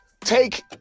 Take –